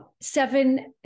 seven